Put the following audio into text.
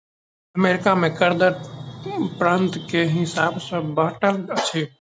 America में कर दर प्रान्त के हिसाब सॅ बाँटल अछि